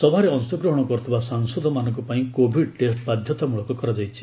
ସଭାରେ ଅଂଶଗ୍ରହଣ କରୁଥିବା ସାଂସଦମାନଙ୍କ ପାଇଁ କୋଭିଡ ଟେଷ୍ଟ ବାଧ୍ୟତାମୂଳକ କରାଯାଇଛି